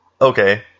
Okay